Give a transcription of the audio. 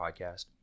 podcast